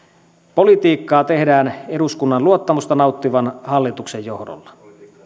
politiikkaa tehdään eduskunnan luottamusta nauttivan hallituksen johdolla